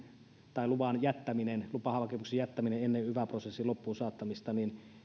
tai lupahakemuksen jättäminen ennen yva prosessin loppuun saattamista